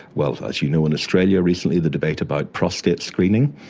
well, as you know in australia recently, the debate about prostate screening.